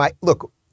Look